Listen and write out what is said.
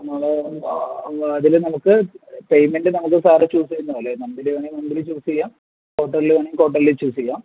നമ്മൾ അതിൽ നമുക്ക് പേയ്മെൻ്റ് നമുക്ക് സാർ ചൂസ് ചെയ്യുന്നതുപോലെ മന്ത്ലി വേണമെങ്കിൽ മന്ത്ലി ചൂസ് ചെയ്യാം ക്വാർട്ടർലി വേണമെങ്കിൽ ക്വാർട്ടർലി ചൂസ് ചെയ്യാം